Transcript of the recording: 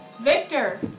Victor